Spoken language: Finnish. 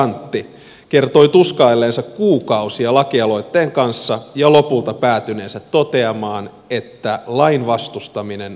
grisanti kertoi tuskailleensa kuukausia lakialoitteen kanssa ja lopulta päätyneensä toteamaan että lain vastustaminen oli väärin